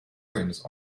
seines